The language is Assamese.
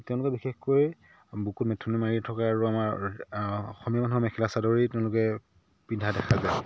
তেওঁলোকে বিশেষকৈ বুকুত মেথনি মাৰি থকা আৰু আমাৰ অসমীয়া মানুহৰ মেখেলা চাদৰেই তেওঁলোকে পিন্ধা দেখা যায়